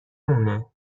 مونه